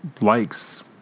likes